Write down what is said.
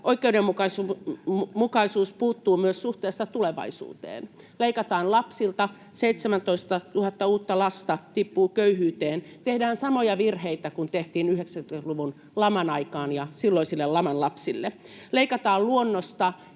oikeudenmukaisuus puuttuu myös suhteessa tulevaisuuteen. Leikataan lapsilta: 17 000 uutta lasta tippuu köyhyyteen. Tehdään samoja virheitä kuin tehtiin 90-luvun laman aikaan silloisille laman lapsille. Leikataan luonnosta,